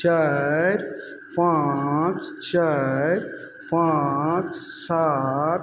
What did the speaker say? चारि पाँच चारि पाँच सात